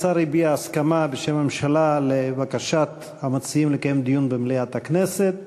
השר הביע הסכמה בשם הממשלה לבקשת המציעים לקיים דיון במליאת הכנסת,